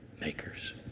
makers